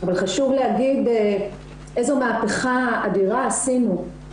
הדרישה של המיעוט הערבי לאוניברסיטה ערבית ביישוב ערבי שפתוחה לכלל